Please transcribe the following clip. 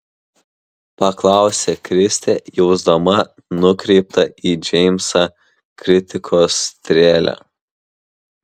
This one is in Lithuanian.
paklausė kristė jausdama nukreiptą į džeimsą kritikos strėlę